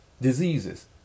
diseases